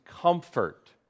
comfort